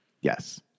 Yes